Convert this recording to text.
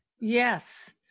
Yes